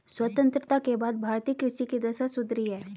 स्वतंत्रता के बाद भारतीय कृषि की दशा सुधरी है